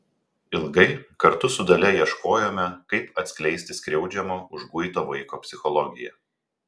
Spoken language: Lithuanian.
ilgai kartu su dalia ieškojome kaip atskleisti skriaudžiamo užguito vaiko psichologiją